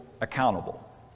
accountable